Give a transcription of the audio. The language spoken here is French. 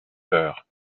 peur